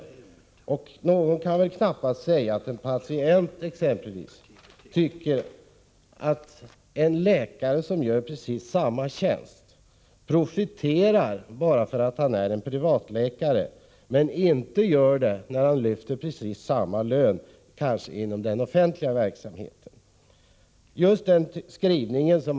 Knappast någon kan väl säga att en patient tycker att en läkare som gör precis samma tjänst profiterar bara för att 87 han är en privatläkare, men inte gör det när han lyfter precis samma lön inom den offentliga verksamheten.